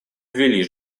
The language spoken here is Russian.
ввели